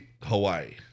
Hawaii